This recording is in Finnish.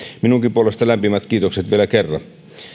minunkin puolestani lämpimät kiitokset vielä kerran